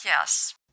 yes